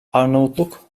arnavutluk